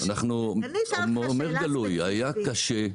אני אומר גלוי, היה קשה,